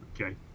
Okay